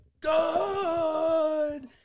Good